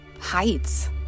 heights